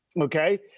Okay